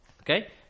okay